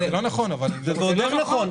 זה לא נכון, אבל אני --- זה ועוד איך נכון.